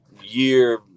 year